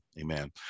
Amen